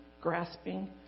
grasping